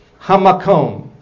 Hamakom